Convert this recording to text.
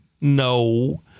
No